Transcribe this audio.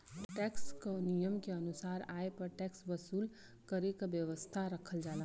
tax क नियम के अनुसार आय पर टैक्स वसूल करे क व्यवस्था रखल जाला